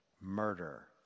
murder